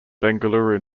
bengaluru